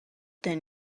then